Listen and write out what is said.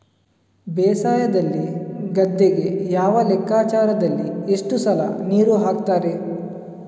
ಬೇಸಾಯದಲ್ಲಿ ಗದ್ದೆಗೆ ಯಾವ ಲೆಕ್ಕಾಚಾರದಲ್ಲಿ ಎಷ್ಟು ಸಲ ನೀರು ಹಾಕ್ತರೆ?